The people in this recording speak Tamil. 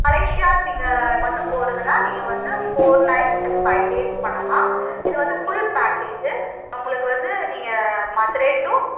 மலேஷியா இங்கே மட்டும் போகறதுனா நீங்கள் வந்து four night and five days பண்ணலாம் இது வந்து ஃபுல் பேக்கேஜி உங்களுக்கு வந்து நீங்கள் மதுரை டூ